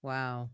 Wow